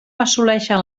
assoleixen